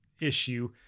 issue